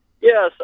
Yes